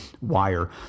wire